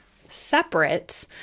separate